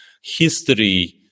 history